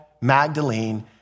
Magdalene